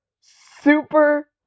super